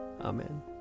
Amen